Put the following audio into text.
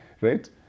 Right